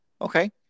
okay